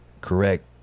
correct